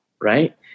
right